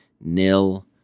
nil